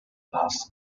last